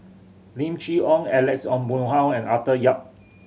Lim Chee Onn Alex Ong Boon Hau and Arthur Yap